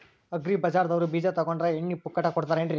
Agri ಬಜಾರದವ್ರು ಬೀಜ ತೊಗೊಂಡ್ರ ಎಣ್ಣಿ ಪುಕ್ಕಟ ಕೋಡತಾರೆನ್ರಿ?